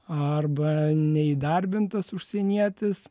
arba neįdarbintas užsienietis